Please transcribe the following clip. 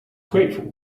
grateful